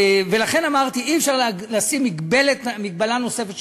לכן אמרתי: אי-אפשר לשים מגבלה נוספת,